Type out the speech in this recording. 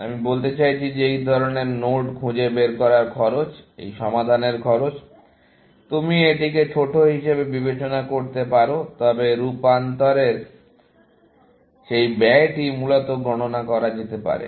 আমি বলতে চাইছি যে এই ধরনের নোড খুঁজে বের করার খরচ এই সমাধানের খরচ তুমি এটিকে ছোট হিসাবে বিবেচনা করতে পারো তবে রূপান্তরের সেই ব্যয়টি মূলত গণনা করা যেতে পারে